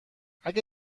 اگه